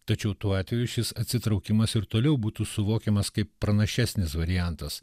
tačiau tuo atveju šis atsitraukimas ir toliau būtų suvokiamas kaip pranašesnis variantas